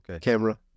camera